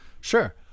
Sure